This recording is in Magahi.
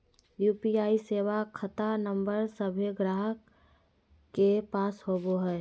यू.पी.आई सेवा खता नंबर सभे गाहक के पास होबो हइ